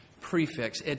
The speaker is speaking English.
prefix